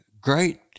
great